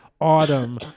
autumn